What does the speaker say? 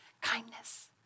kindness